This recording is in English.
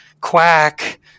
quack